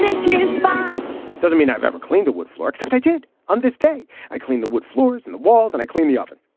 she doesn't mean i've ever cleaned the wood floor, except i did on this day. i clean the wood floors and the walls and i clean the oven.